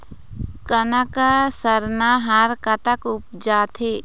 कनक सरना हर कतक उपजथे?